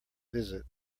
visit